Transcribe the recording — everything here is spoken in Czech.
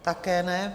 Také ne.